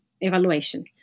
evaluation